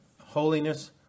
holiness